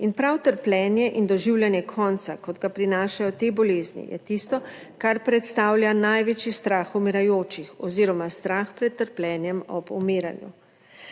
In prav trpljenje in doživljanje konca, kot ga prinašajo te bolezni, je tisto, kar predstavlja največji strah umirajočih oziroma strah pred trpljenjem ob umiranju.